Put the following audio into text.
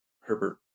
Herbert